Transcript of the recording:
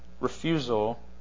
refusal